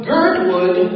Girdwood